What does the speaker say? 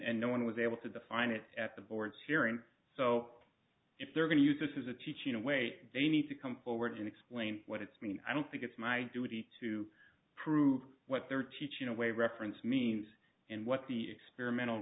and no one was able to define it at the board's hearing so if they're going to use this is a teaching away they need to come forward and explain what it's mean i don't think it's my duty to prove what they're teaching a way reference means and what the experimental